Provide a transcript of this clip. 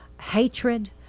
hatred